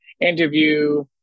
interview